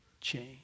change